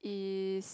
is